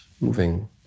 moving